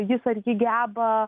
jis ar ji geba